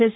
S